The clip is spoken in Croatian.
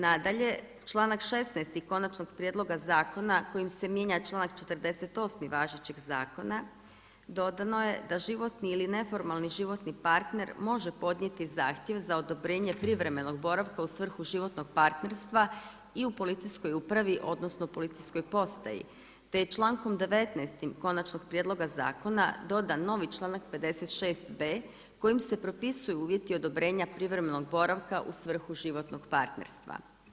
Nadalje, članak 16. konačnog prijedloga zakona kojim se mijenja članak 48. važećeg zakona, dodano je da život ili neformalni životni partner može podnijeti zahtjev za odobrenje privremenog boravka u svrhu životnog partnerstva i u policijskom upravi odnosno policijskoj postaji, te člankom 19. konačnog prijedloga zakona dodan novi članak 56. b) kojim se propisuju uvjeti odobrenja privremenog boravka u svrhu životnog partnerstva.